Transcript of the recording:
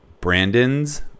Brandon's